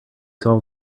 solve